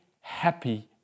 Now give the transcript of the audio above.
happy